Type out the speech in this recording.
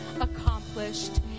accomplished